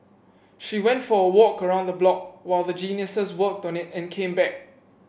she went for a walk around the block while the Geniuses worked it and came back